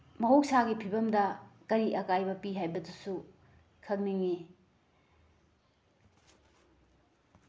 ꯃꯍꯧꯁꯥꯒꯤ ꯐꯤꯕꯝꯗ ꯀꯔꯤ ꯑꯀꯥꯏꯕ ꯄꯤ ꯍꯥꯏꯕꯗꯨꯁꯨ ꯈꯪꯅꯤꯡꯉꯤ